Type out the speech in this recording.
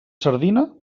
sardina